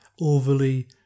overly